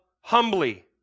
humbly